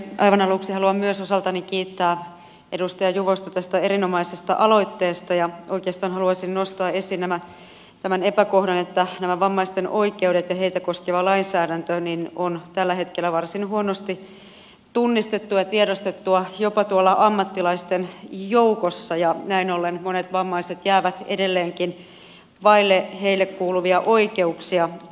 aivan aluksi haluan myös osaltani kiittää edustaja juvosta tästä erinomaisesta aloitteesta ja oikeastaan haluaisin nostaa esiin tämän epäkohdan että nämä vammaisten oikeudet ja heitä koskeva lainsäädäntö on tällä hetkellä varsin huonosti tunnistettua ja tiedostettua jopa tuolla ammattilaisten joukossa ja näin ollen monet vammaiset jäävät edelleenkin vaille heille kuuluvia oikeuksia